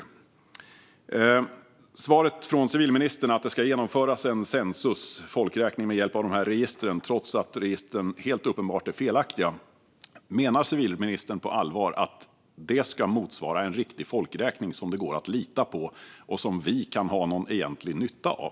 När det gäller svaret från civilministern att det ska genomföras en Census, en folkräkning, med hjälp av dessa register trots att de helt uppenbart är felaktiga undrar jag: Menar civilministern på allvar att detta ska motsvara en riktig folkräkning, som det går att lita på och som vi kan ha någon egentlig nytta av?